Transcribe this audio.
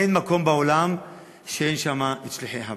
אין מקום בעולם שאין שם שליחי חב"ד.